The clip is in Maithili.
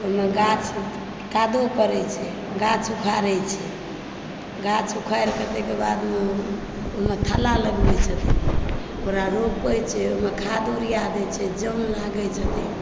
ओहिमे गाछ कादो करै छै गाछ उखाड़ै छै गाछ उखड़िकऽ तकर बाद ओहिमे थाला लगबै छै ओकरा रोपै छै ओहिमे खाद्य यूरिया दै छै जन लागै छथिन